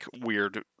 weird